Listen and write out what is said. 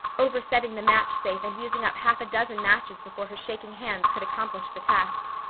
oversetting the match safe and using up half a dozen matches before her shaking hands could accomplish the task.